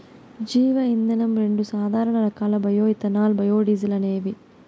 జీవ ఇంధనం రెండు సాధారణ రకాలు బయో ఇథనాల్, బయోడీజల్ అనేవి